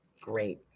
Great